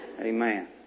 Amen